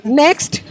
next